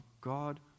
God